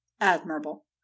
admirable